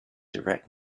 direct